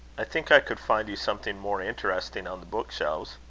i think i could find you something more interesting in the book-shelves.